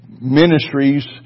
Ministries